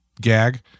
gag